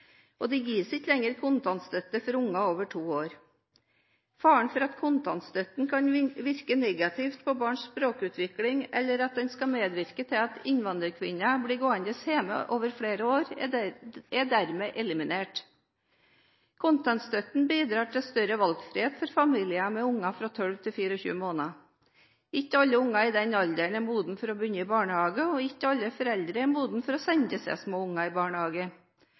og det gis ikke lenger kontantstøtte for unger over to år. Faren for at kontantstøtten kan virke negativt på barns språkutvikling, eller at den skal medvirke til at innvandrerkvinner blir gående hjemme over flere år, er dermed eliminert. Kontantstøtten bidrar til større valgfrihet for familier med unger fra 12 til 24 måneder. Ikke alle unger i den alderen er modne for å begynne i barnehage, og ikke alle foreldre er modne for å sende så små unger i barnehage.